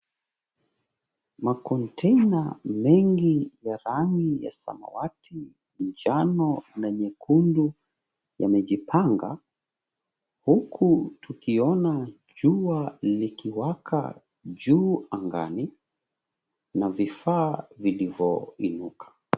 Makontena mengi ya rangi ya samawati, njano na nyekundu yamejipanga huku tukiona jua likiwaka juu angani na vifaa vilivyoinuka.